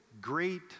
great